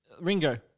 Ringo